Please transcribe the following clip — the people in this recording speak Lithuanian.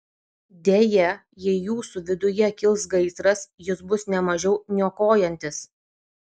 deja jei jūsų viduje kils gaisras jis bus ne mažiau niokojantis